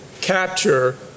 capture